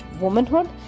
womanhood